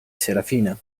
serafina